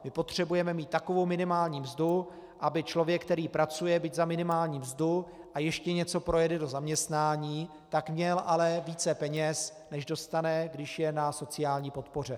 My potřebujeme mít takovou minimální mzdu, aby člověk, který pracuje, byť za minimální mzdu a ještě něco projede do zaměstnání, měl ale více peněz, než dostane, když je na sociální podpoře.